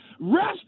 Rest